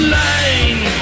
line